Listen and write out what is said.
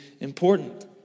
important